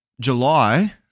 July